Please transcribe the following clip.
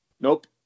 Nope